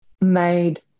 made